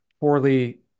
poorly